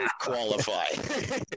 qualify